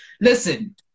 listen